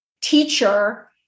teacher